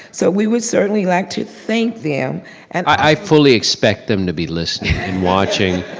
so we would certainly like to thank them and i fully expect them to be listening and watching.